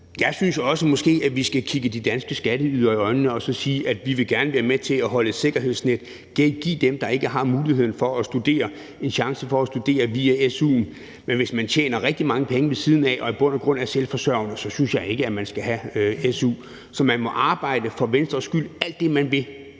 Jeg synes måske også, at vi skal kigge de danske skatteydere i øjnene og så sige, at vi gerne vil være med til at holde et sikkerhedsnet og give dem, der ikke har muligheden for at studere, en chance for at studere via su'en. Men hvis man tjener rigtig mange penge ved siden af og i bund og grund er selvforsørgende, synes jeg ikke, at man skal have su. Så man må for Venstres skyld arbejde alt det, man vil,